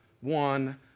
one